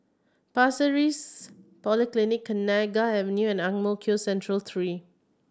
Pasir Ris Polyclinic Kenanga Avenue and Ang Mo Kio Central Three